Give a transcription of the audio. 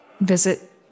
visit